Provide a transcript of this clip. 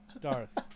Darth